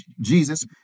Jesus